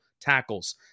tackles